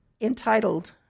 entitled